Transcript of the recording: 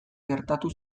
gertatu